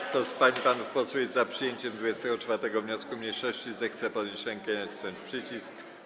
Kto z pań i panów posłów jest za przyjęciem 24. wniosku mniejszości, zechce podnieść rękę i nacisnąć przycisk.